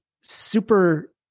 super